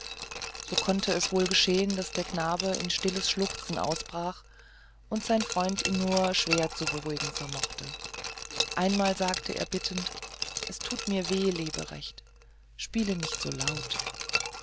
so konnte es wohl geschehen daß der knabe in stilles schluchzen ausbrach und sein freund ihn nur schwer zu beruhigen vermochte einmal auch sagte er bittend es tut mir weh leberecht spiele nicht so laut